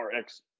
RX